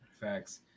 facts